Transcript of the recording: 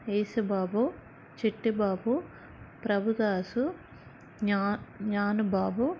Yesubabu Chittibabu Prabhudasu Gnanababu